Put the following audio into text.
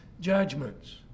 judgments